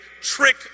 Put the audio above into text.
trick